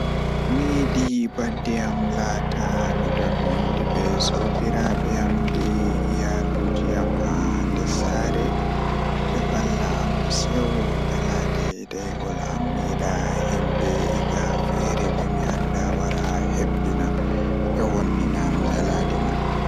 Miyiɗi batday am laata miɗon wondi be sobiraaɓe am miɗon wondi be iyaalu am Miɗo yiɗi waylude kaɗɗo e mawniraaɓe e yimɓe woɗɓe nguurndam. Miɗo waawi waɗde koƴƴe e teelnde, ko waɗi cuɓoraaji ngal ngam mi yiɗi heɓɓude jokkondirde e jemmaaji.